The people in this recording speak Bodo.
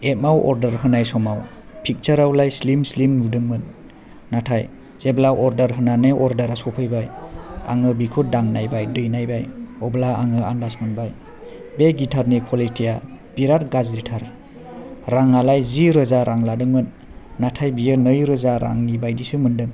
एप आव अरदार होनाय समाव फिकसारावलाय स्लिम स्लिम नुदोंमोन नाथाय जेब्ला अरदार होनानै अरदारा सफैबाय आङो बिखौ दांनायबाय दैनायबाय अब्ला आङो आनदाज मोनबाय बे गिथारनि कुवालिथिया बिराद गाज्रिथार रां आलायजि रोजा रां लादोंमोन नाथाय बियो नै रोजा रांनि बायदिसो मोनदों